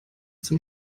zum